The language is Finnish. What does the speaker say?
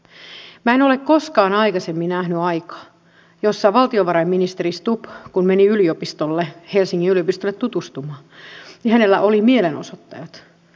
minä en ole koskaan aikaisemmin nähnyt tällaista aikaa kuin nyt kun valtiovarainministeri stubb meni helsingin yliopistolle tutustumaan ja oli mielenosoittajat vastassa